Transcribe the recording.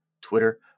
Twitter